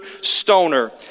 Stoner